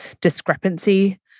discrepancy